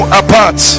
apart